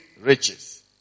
riches